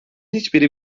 hiçbiri